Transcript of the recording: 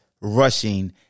rushing